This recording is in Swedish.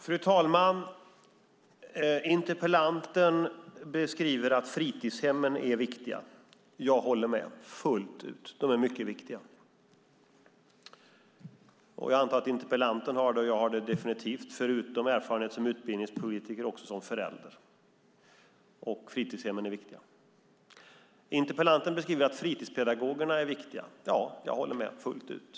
Fru talman! Interpellanten beskriver att fritidshemmen är viktiga. Jag håller med fullt ut. De är mycket viktiga. Jag antar att interpellanten förutom erfarenhet som utbildningspolitiker också har erfarenhet som förälder - jag har det definitivt. Fritidshemmen är viktiga. Interpellanten beskriver att fritidspedagogerna är viktiga. Ja, jag håller med fullt ut.